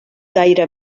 gaire